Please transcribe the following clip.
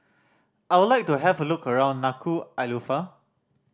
I would like to have a look around Nuku'alofa